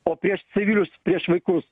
o prieš civilius prieš vaikus